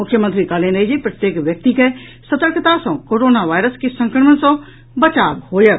मुख्यमंत्री कहलनि अछि जे प्रत्येक व्यक्ति के सतर्कता सँ कोरोना वायरस के संक्रमण सँ बचाव होयत